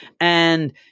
And-